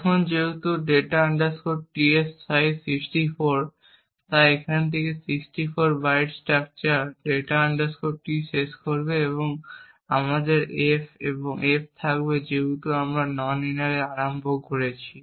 এখন যেহেতু data T এর সাইজ 64 তাই এখান থেকে 64 বাইট স্ট্রাকচার data T শেষ করবে এবং তারপরে আমাদের f এবং f থাকবে যেহেতু আমরা nowinner এ আরম্ভ করেছি